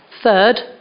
Third